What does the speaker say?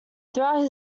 throughout